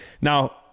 now